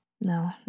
No